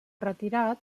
retirat